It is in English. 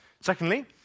Secondly